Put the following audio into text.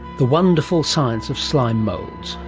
the wonderful science of slime moulds,